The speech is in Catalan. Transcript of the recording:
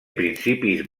principis